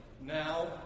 Now